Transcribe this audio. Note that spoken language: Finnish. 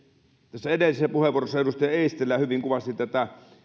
tässä edellisessä puheenvuorossa edustaja eestilä hyvin kuvasi